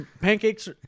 pancakes